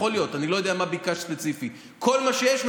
לקריאה ראשונה,